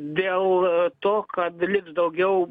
dėl to kad liks daugiau